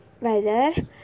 weather